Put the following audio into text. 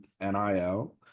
NIL